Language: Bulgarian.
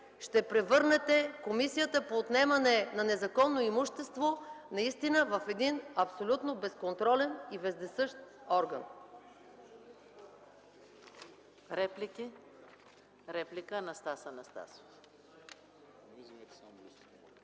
ще превърнете комисията по отнемане на незаконно имущество, наистина в един абсолютно безконтролен и вездесъщ орган.